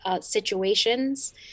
situations